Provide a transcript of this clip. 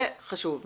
זה חשוב מאוד.